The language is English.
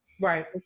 Right